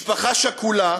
משפחה שכולה